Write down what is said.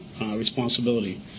responsibility